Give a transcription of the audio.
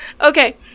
Okay